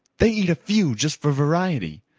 they eat a few just for variety,